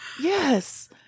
Yes